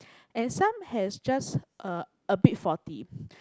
and some has just a a bit faulty